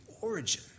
origin